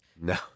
No